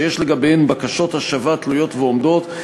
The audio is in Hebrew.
שיש לגביהם בקשות השבה תלויות ועומדות,